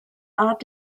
art